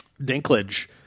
Dinklage